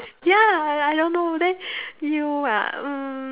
ya I I don't know then you ah mm